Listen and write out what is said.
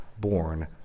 born